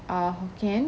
are hokkien